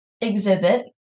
exhibit